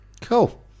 Cool